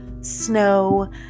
snow